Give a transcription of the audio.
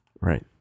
Right